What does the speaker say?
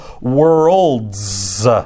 worlds